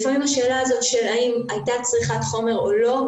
לפעמים השאלה הזאת של האם הייתה צריכת חומר או לא,